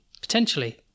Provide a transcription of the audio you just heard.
potentially